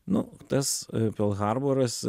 nu tas perl harboras